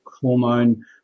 hormone